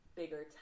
bigger